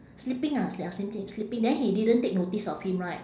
sleeping ah ah sl~ sl~ sleeping then he didn't take notice of him right